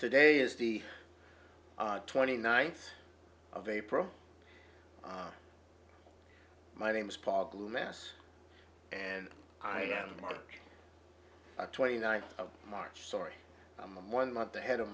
today is the twenty ninth of april my name's paul glue mass and i am march twenty ninth of march sorry i'm one month ahead of